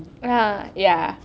ya ya